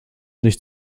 nicht